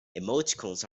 emoticons